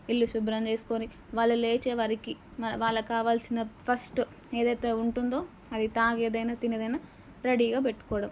ఇల్లు శుభ్రం చేసుకుని వాళ్ళు లేచేవరికి వాళ్ళకి కావాల్సిన ఫస్ట్ ఏదైతే ఉంటుందో అవి తాగేదైనా తినేదైనా రెడీగా పెట్టుకోవడం